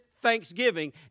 thanksgiving